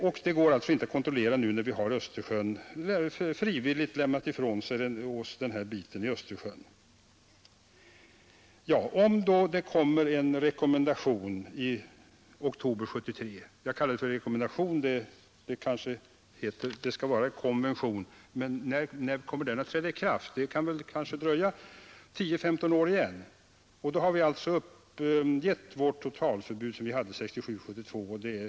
Och de går alltså inte att kontrollera nu när vi frivilligt lämnat ifrån oss den här biten av Östersjön. Om det i oktober 1973 kommer en rekommendation, som jag vill kalla en icke ratificerad konvention — när skall den tänkas träda i kraft? Det dröjer kanske 10—15 år igen, och då har vi alltså uppgivit det totalförbud som vi har haft 1967—1972.